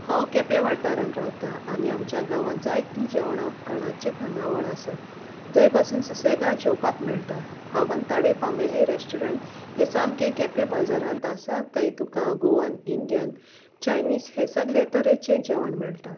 हांव केपे वाठारांत रावतां आनी आमच्या गांवांत जायतीं जेवणां खाणाचे खानावळ आसात जंय बसून सुसेगाद जेवपाक मेळटा आवन तडे फामिली रेस्टोरंट जे सामके केपे बाजारांत आसात थंय तुका गोवन इंडियन चायनीज हे सगळे तरेचें जेवण मेळटा